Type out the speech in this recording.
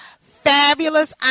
fabulous